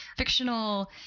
Fictional